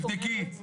תבדקי.